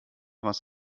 was